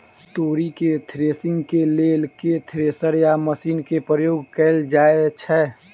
तोरी केँ थ्रेसरिंग केँ लेल केँ थ्रेसर या मशीन केँ प्रयोग कैल जाएँ छैय?